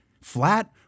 flat